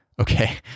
okay